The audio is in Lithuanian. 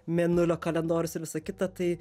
mėnulio kalendorius ir visą kita tai